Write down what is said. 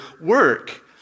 work